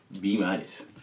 B-minus